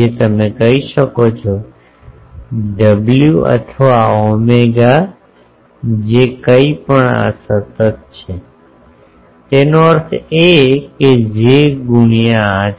જે તમે કહી શકો છો w અથવા ઓમેગા જે કંઇ પણ આ સતત છે તેનો અર્થ એ કે j ગુણ્યાં આ છે